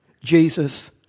Jesus